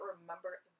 remember